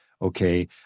okay